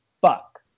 fuck